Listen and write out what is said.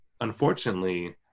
unfortunately